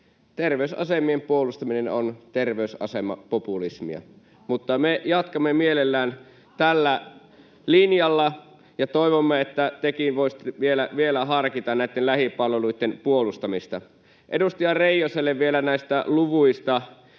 terveysasemien puolustaminen on terveysasemapopulismia. Mutta me jatkamme mielellämme tällä linjalla ja toivomme, että tekin voisitte vielä harkita näitten lähipalveluitten puolustamista. Edustaja Reijoselle vielä näistä luvuista: